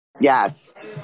Yes